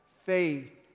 faith